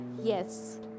yes